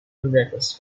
reckless